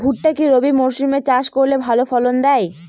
ভুট্টা কি রবি মরসুম এ চাষ করলে ভালো ফলন দেয়?